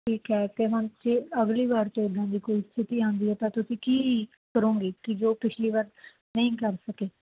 ਠੀਕ ਹੈ ਅਤੇ ਹੁਣ ਜੇ ਅਗਲੀ ਵਾਰ ਤੋਂ ਇੱਦਾਂ ਦੀ ਕੋਈ ਸਥਿਤੀ ਆਉਂਦੀ ਹੈ ਤਾਂ ਤੁਸੀਂ ਕੀ ਕਰੋਗੇ ਕਿ ਜੋ ਪਿਛਲੀ ਵਾਰ ਨਹੀਂ ਕਰ ਸਕੇ